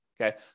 Okay